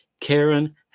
Karen